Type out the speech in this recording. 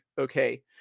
Okay